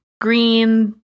green